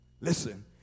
Listen